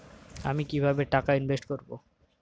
আমি কিভাবে টাকা ইনভেস্ট করব?